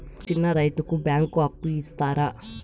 చిన్న రైతుకు బ్యాంకు అప్పు ఇస్తారా?